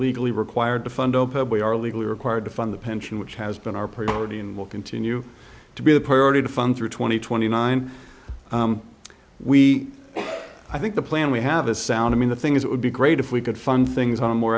legally required to fund are legally required to fund the pension which has been our priority and will continue to be the priority to fund through two thousand and twenty nine we i think the plan we have is sound i mean the thing is it would be great if we could fund things on a more